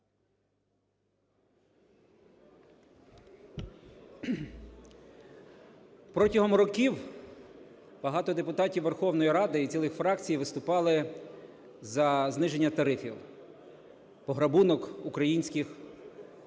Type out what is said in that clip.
Протягом років багато депутатів Верховної Ради і цілі фракції виступали за зниження тарифів. Пограбунок українських людей,